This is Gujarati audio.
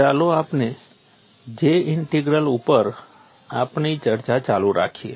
ચાલો આપણે J ઇંટીગ્રલ ઉપર આપણી ચર્ચા ચાલુ રાખીએ